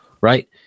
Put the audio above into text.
right